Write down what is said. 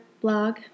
blog